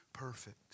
perfect